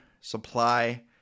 Supply